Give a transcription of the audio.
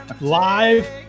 live